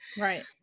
Right